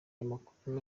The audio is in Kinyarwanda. amakuru